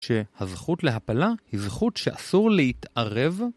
שהזכות להפלה היא זכות שאסור להתערב.